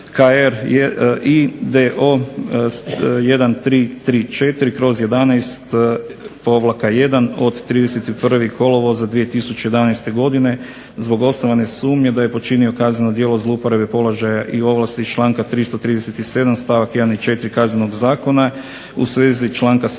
KRIDO1334/11-1 od 31. kolovoza 2011. godine zbog osnovane sumnje da je počinio kazneno djelo zlouporabe položaja i ovlasti iz članka 337. stavak 1. i 4. Kaznenog zakona, u svezi članka 7.